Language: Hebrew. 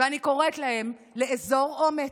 ואני קוראת להם לאזור אומץ,